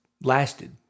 lasted